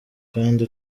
kandi